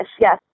yes